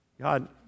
God